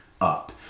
up